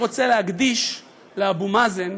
אני רוצה להקדיש לאבו מאזן